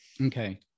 Okay